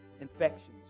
infections